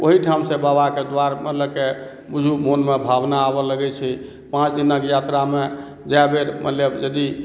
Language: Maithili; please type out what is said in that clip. ओहिठाम से बाबा के द्वार मे लऽ के बूझू मन मे भावना आबऽ लगै छै पाँच दिनक यात्रा मे जै बेर मानि लीअ यदि